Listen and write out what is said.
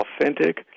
authentic